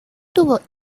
tuvo